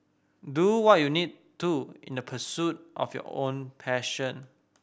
do what you need to in the pursuit of your own passion